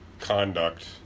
Conduct